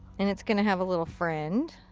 and it's gonna have a little friend.